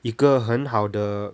一个很好的